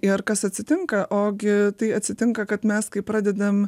ir kas atsitinka ogi tai atsitinka kad mes kai pradedam